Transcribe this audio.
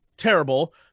terrible